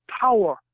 power